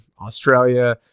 Australia